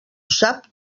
sap